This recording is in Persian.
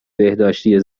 بهداشتی